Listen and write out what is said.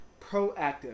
Proactive